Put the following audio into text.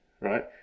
right